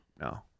No